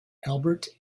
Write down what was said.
albert